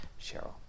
Cheryl